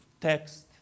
text